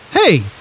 Hey